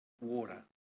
water